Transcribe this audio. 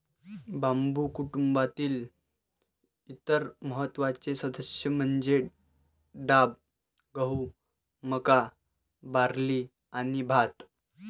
बांबू कुटुंबातील इतर महत्त्वाचे सदस्य म्हणजे डाब, गहू, मका, बार्ली आणि भात